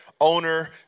owner